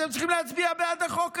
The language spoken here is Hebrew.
אתם צריכים להצביע בעד החוק הזה.